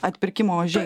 atpirkimo ožiai